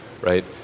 right